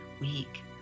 Week